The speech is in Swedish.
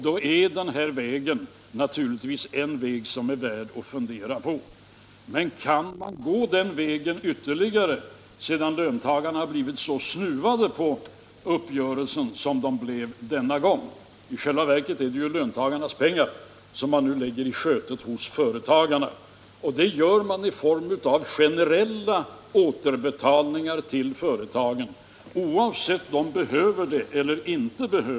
Då är den här vägen naturligtvis en väg som är värd att fundera på. Men kan man gå den vägen ytterligare sedan löntagarna blivit så snuvade på uppgörelsen som de blev denna gång? I själva verket är det ju löntagarnas pengar som man nu lägger i skötet hos företagarna. Det gör man i form av generella återbetalningar till företagen, oavsett om de behöver dem eller inte.